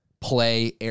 play